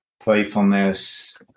Playfulness